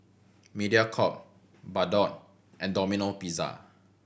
Mediacorp Bardot and Domino Pizza